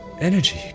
energy